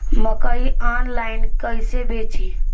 मकई आनलाइन कइसे बेची?